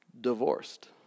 divorced